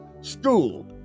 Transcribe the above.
school